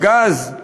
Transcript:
הגז,